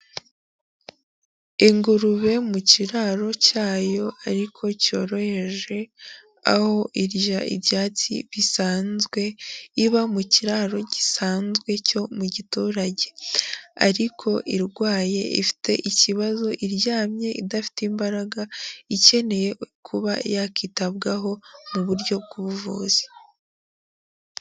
Ingurube mu kiraro cyayo ariko cyoroheje aho irya ibyatsi bisanzwe, iba mu kiraro gisanzwe cyo mu giturage. Ariko irwaye ifite ikibazo iryamye idafite imbaraga, ikeneye kuba yakitabwaho mu buryo b'ubuvuzi.